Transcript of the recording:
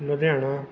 Ludhiana